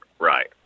right